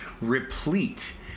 replete